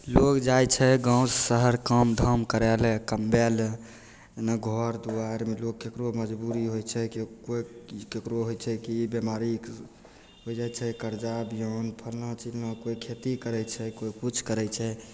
केओ जाइ छै गाँव शहर काम धाम करय लेल कमबय लए नहि घर दुआरिमे लोक ककरो मजबूरी होइ छै कि कोइके ककरो होइ छै कि बीमारी होइ जाइ छै कर्जा भियान फल्लाँ चिल्लाँ कोइ खेती करय छै कोइ किछु करय छै